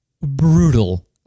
brutal